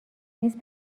نیست